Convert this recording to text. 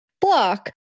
block